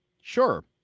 Sure